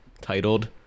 titled